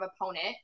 opponent